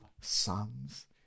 sons